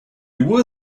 were